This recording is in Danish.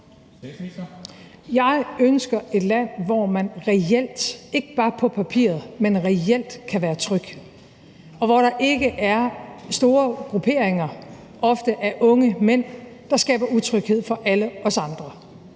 Jeg ønsker et land, hvor man reelt og ikke bare på papiret kan være tryg, og hvor der ikke er store grupperinger ofte af unge mænd, der skaber utryghed for alle os andre.